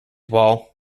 wall